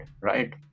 right